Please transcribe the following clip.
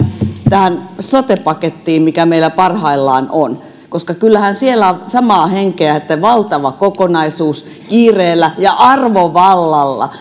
tähän sote pakettiin mikä meillä parhaillaan on koska kyllähän siellä on samaa henkeä että valtava kokonaisuus perustellaan kiireellä ja arvovallalla